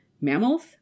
mammals